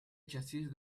chasis